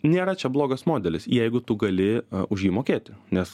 nėra čia blogas modelis jeigu tu gali už jį mokėti nes